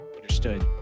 Understood